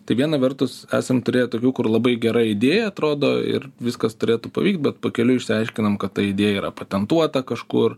tai viena vertus esam turėję tokių kur labai gera idėja atrodo ir viskas turėtų pavykt bet pakeliui išsiaiškinom kad ta idėja yra patentuota kažkur